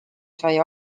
sai